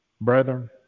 Brethren